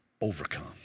overcome